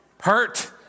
Hurt